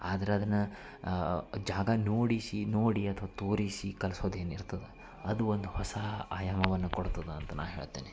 ಆದ್ರೆ ಅದನ್ನು ಜಾಗ ನೋಡಿಸಿ ನೋಡಿ ಅಥ್ವಾ ತೋರಿಸಿ ಕಲ್ಸೋದು ಏನಿರ್ತದೆ ಅದು ಒಂದು ಹೊಸ ಆಯಾಮವನ್ನು ಕೊಡ್ತದೆ ಅಂತ ನಾನು ಹೇಳ್ತೀನಿ